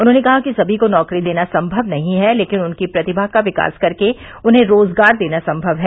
उन्होंने कहा कि समी को नौकरी देना संभव नहीं है लेकिन उनकी प्रतिया का विकास कर के उन्हें रोजगार देना संभव है